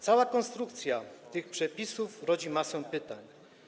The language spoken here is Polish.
Cała konstrukcja tych przepisów rodzi masę pytań.